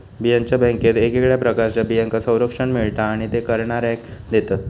बियांच्या बॅन्केत वेगवेगळ्या प्रकारच्या बियांका संरक्षण मिळता आणि ते करणाऱ्याक देतत